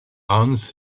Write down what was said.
hans